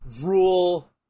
rule